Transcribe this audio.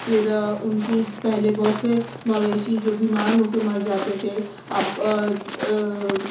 پھر ان کی پہلے بہت سے مویشی جو بیمار ہو کے مر جاتے تھے اب